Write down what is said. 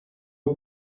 are